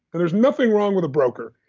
and there's nothing wrong with a broker.